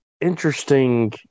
interesting